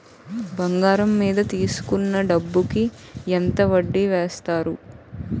బంగారం మీద తీసుకున్న డబ్బు కి ఎంత వడ్డీ వేస్తారు?